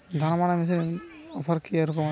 ধান মাড়াই করার মেশিনের অফার কী রকম আছে?